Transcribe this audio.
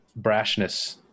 brashness